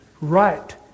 Right